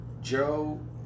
Joe